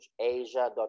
Asia